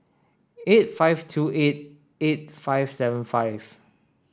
eight five two eight eight five seven five